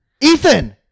Ethan